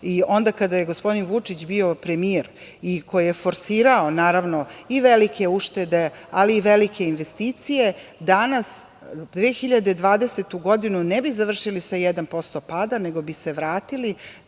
i onda kada je gospodin Vučić bio premijer i koji je forsirao i velike uštede, ali i velike investicije, danas 2020. godinu ne bi završili sa 1% pada, nego bi se vratili